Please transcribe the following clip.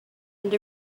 end